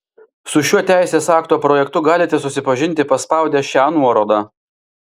su šiuo teisės akto projektu galite susipažinti paspaudę šią nuorodą